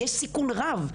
יש סיכון רב,